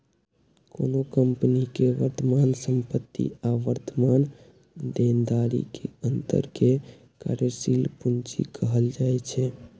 कोनो कंपनी के वर्तमान संपत्ति आ वर्तमान देनदारी के अंतर कें कार्यशील पूंजी कहल जाइ छै